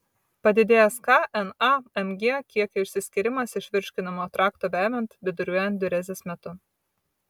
padidėjęs k na mg kiekio išsiskyrimas iš virškinimo trakto vemiant viduriuojant diurezės metu